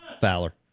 Fowler